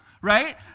Right